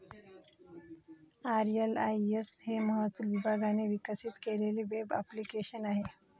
RLIS हे महसूल विभागाने विकसित केलेले वेब ॲप्लिकेशन आहे